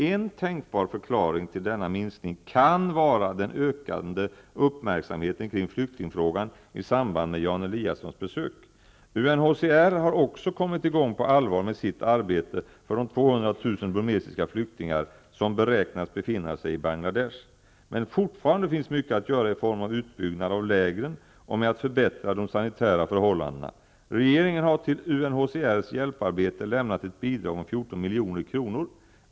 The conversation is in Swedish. En tänkbar förklaring till denna minskning kan vara den ökande uppmärksamheten kring flyktingfrågan i samband med Jan Eliassons besök. UNHCR har också kommit i gång på allvar med sitt arbete för de 200 000 burmesiska flyktingar som beräknas befinna sig i Bangladesh. Men fortfarande finns mycket att göra i form av utbyggnad av lägren och med att förbättra de sanitära förhållandena. Regeringen har till UNHCR:s hjälparbete lämnat ett bidrag om 14 milj.kr.